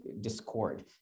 discord